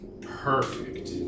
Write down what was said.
Perfect